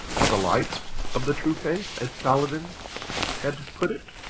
or the light of the true faith, as saladin had put it?